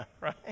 right